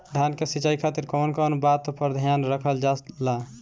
धान के सिंचाई खातिर कवन कवन बात पर ध्यान रखल जा ला?